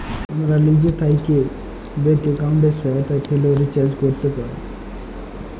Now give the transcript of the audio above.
আমরা লিজে থ্যাকে ব্যাংক এক্কাউন্টের সহায়তায় ফোলের রিচাজ ক্যরতে পাই